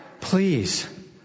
please